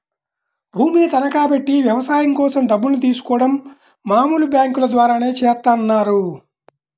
భూమిని తనఖాబెట్టి వ్యవసాయం కోసం డబ్బుల్ని తీసుకోడం మామూలు బ్యేంకుల ద్వారానే చేత్తన్నారు